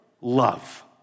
love